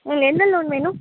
என்ன லோன் வேணும்